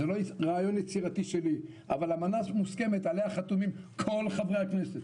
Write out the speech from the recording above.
זה לא רעיון יצירתי שלי אבל אמנה מוסכמת עליה חתומים כל חברי הכנסת,